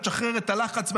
תשחרר את הלחץ,